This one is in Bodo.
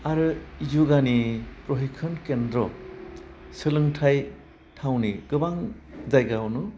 आरो य'गानि प्रहैखान केन्द्र सोलोंथाइ थावनि गोबां जायगायावनो